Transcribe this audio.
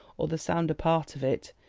or the sounder part of it,